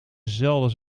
zelden